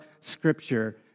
Scripture